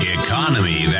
economy